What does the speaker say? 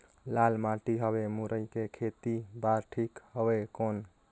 लाल माटी हवे मुरई के खेती बार ठीक हवे कौन?